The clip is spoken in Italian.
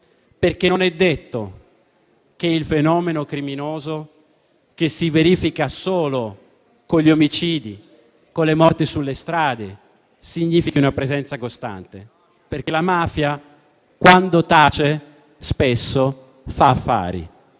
perché non è detto che solo il fenomeno criminoso che si verifica con gli omicidi e le morti sulle strade significhi una presenza costante, perché la mafia, quando tace, spesso fa affari.